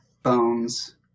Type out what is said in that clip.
bones